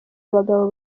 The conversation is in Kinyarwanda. abagabo